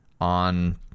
on